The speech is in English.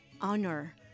honor